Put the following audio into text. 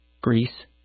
Greece